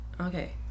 Okay